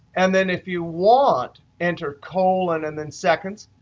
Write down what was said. and then if you want, enter colon and then seconds,